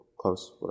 close